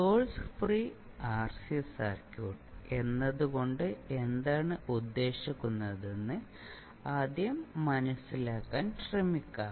source free RC circuit എന്നതുകൊണ്ട് എന്താണ് ഉദ്ദേശിക്കുന്നതെന്ന് ആദ്യം മനസിലാക്കാൻ ശ്രമിക്കാം